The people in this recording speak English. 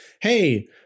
Hey